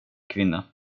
kvinna